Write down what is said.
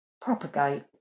propagate